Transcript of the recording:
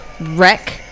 *Wreck*